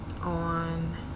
On